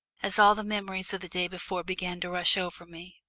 as all the memories of the day before began to rush over me.